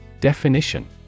Definition